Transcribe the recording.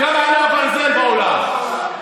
בכמה עלה הברזל בעולם?